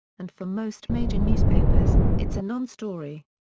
and for most major newspapers, it's a nonstory.